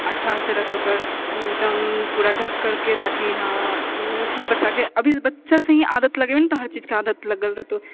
अच्छासँ राखलकर एकदम पूरा ढक करके ताकि हँ बच्चाके अभी बच्चा से ही आदत लगैबे नहि तऽ हर चीजके आदत लगल रहतै